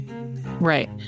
Right